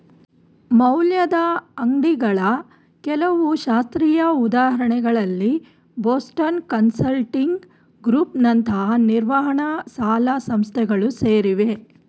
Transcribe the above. ಮೌಲ್ಯದ ಅಂಗ್ಡಿಗಳ ಕೆಲವು ಶಾಸ್ತ್ರೀಯ ಉದಾಹರಣೆಗಳಲ್ಲಿ ಬೋಸ್ಟನ್ ಕನ್ಸಲ್ಟಿಂಗ್ ಗ್ರೂಪ್ ನಂತಹ ನಿರ್ವಹಣ ಸಲಹಾ ಸಂಸ್ಥೆಗಳು ಸೇರಿವೆ